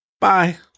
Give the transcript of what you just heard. Bye